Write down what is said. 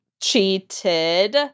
cheated